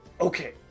Okay